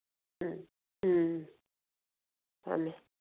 ꯎꯝ ꯎꯝ ꯊꯝꯃꯦ